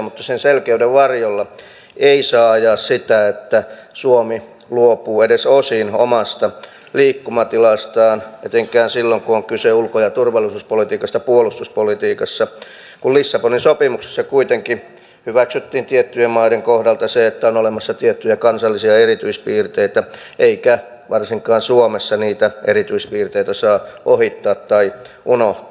mutta sen selkeyden varjolla ei saa ajaa sitä että suomi luopuu edes osin omasta liikkumatilastaan etenkään silloin kun on kyse ulko ja turvallisuuspolitiikasta ja puolustuspolitiikasta kun lissabonin sopimuksessa kuitenkin hyväksyttiin tiettyjen maiden kohdalla se että on olemassa tiettyjä kansallisia erityispiirteitä eikä varsinkaan suomessa niitä erityispiirteitä saa ohittaa tai unohtaa